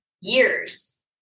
years